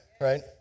right